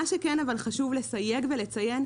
חשוב לסייג ולציין,